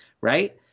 right